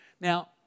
Now